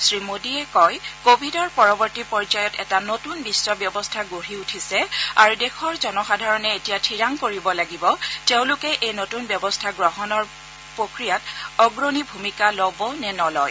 শ্ৰীমোডীয়ে কয় যে ক ভিডৰ পৰৱৰ্তী পৰ্যায়ত এটা নতুন বিশ্ব ব্যৱস্থা গঢ়ি উঠিছে আৰু দেশৰ জনসাধাৰণে এতিয়া ঠিৰাং কৰিব লাগিব তেওঁলোকে এই নতুন ব্যৱস্থা গঠনৰ প্ৰক্ৰিয়াত অগ্ৰণী ভূমিকা ল'ব নে নলয়